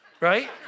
right